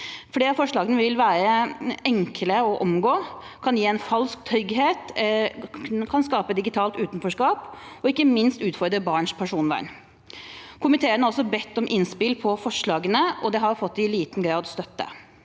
Flere av forslagene vil være enkle å omgå, kan gi en falsk trygghet, kan skape digitalt utenforskap og ikke minst utfordre barns personvern. Komiteen har også bedt om innspill på forslagene, og de har i liten grad fått